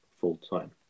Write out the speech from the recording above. full-time